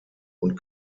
und